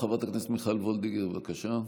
חברת הכנסת מיכל וולדיגר, בבקשה.